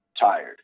tired